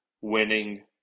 winning